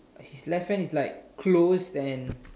his left hand is like closed and